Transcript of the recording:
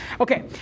Okay